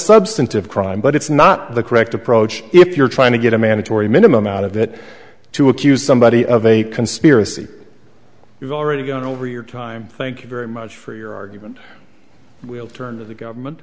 substantive crime but it's not the correct approach if you're trying to get a mandatory minimum out of it to accuse somebody of a conspiracy you've already gone over your time thank you very much for your argument we'll turn the government